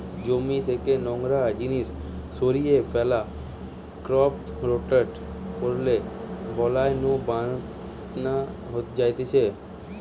জমি থেকে নোংরা জিনিস সরিয়ে ফ্যালা, ক্রপ রোটেট করলে বালাই নু বাঁচান যায়তিছে